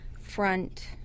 front